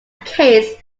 case